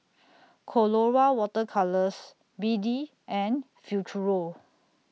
Colora Water Colours B D and Futuro